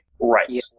Right